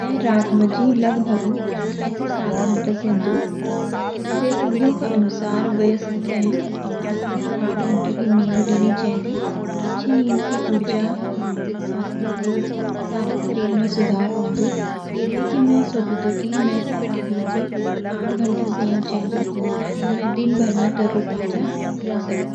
मैं रात माजी लगभाग छ सी सात घंटा सेंदु। विसेसाग्यों का अनुसर व्यास्को ते सात सी नौ घंटा की नींद लीनी चेंदी। अच्ची नींद सी ऊर्जा, मानसिक स्वास्थ्य और सारा शरीर मा सुधार अवोंदु। येलेकी मे सोचदु की मेते रात मजी आठ घंटा सेयु चेंदु ताकी मे दिन तरोताजा और सकरिया रे सको।